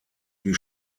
die